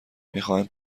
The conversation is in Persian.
میخواهند